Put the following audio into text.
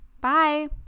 Bye